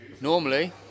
Normally